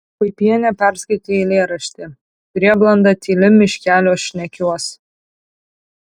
puipienė perskaitė eilėraštį prieblanda tyli miškeliuos šnekiuos